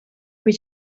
cui